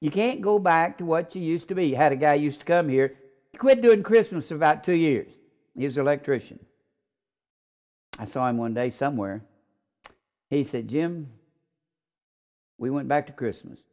you can't go back to what you used to be had a guy used to come here quit doing christmas about two years use electrician i saw him one day somewhere he said jim we went back to christmas